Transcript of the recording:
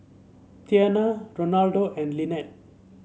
Tiana Ronaldo and Linette